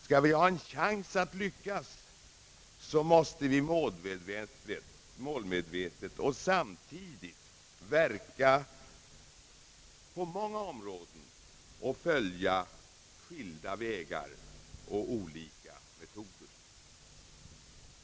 Skall vi ha en chans att lyckas, måste vi målmedvetet och samtidigt verka på många områden och följa skilda vägar och olika metoder.